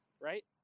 right